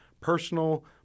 personal